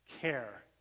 care